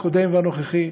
הקודם והנוכחי.